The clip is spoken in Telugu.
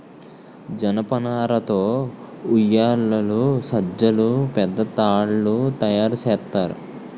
జనపనార తో ఉయ్యేలలు సజ్జలు పెద్ద తాళ్లు తయేరు సేత్తారు